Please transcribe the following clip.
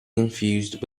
confused